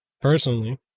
personally